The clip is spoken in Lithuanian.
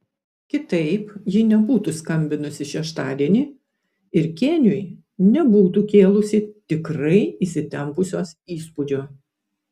kitaip ji nebūtų skambinusi šeštadienį ir kėniui nebūtų kėlusi tikrai įsitempusios įspūdžio